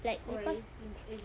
like because